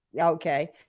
Okay